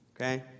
Okay